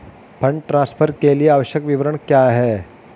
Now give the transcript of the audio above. Fund transfer के लिए आवश्यक विवरण क्या हैं?